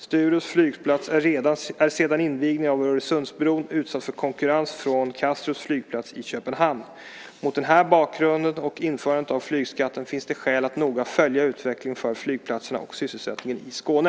Sturups flygplats är sedan invigningen av Öresundsbron utsatt för konkurrens från Kastrups flygplats i Köpenhamn. Mot den här bakgrunden, och införandet av flygskatten, finns det skäl att noga följa utvecklingen för flygplatserna och sysselsättningen i Skåne.